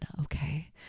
Okay